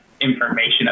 information